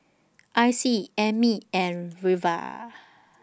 Icy Emmy and Reva